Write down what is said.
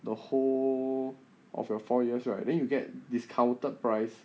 the whole of your four years right then you get discounted price